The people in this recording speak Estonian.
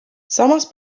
samas